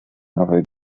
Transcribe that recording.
nowej